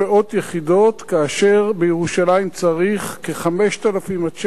כאשר בירושלים צריך 5,000 6,000 יחידות,